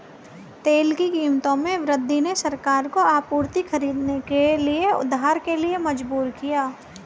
तेल की कीमतों में वृद्धि ने सरकारों को आपूर्ति खरीदने के लिए उधार के लिए मजबूर किया